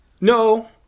No